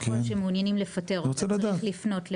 ככל שמעוניינים לפטר אותה צריך לפנות,